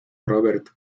robert